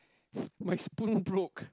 my spoon broke